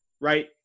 right